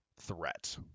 threat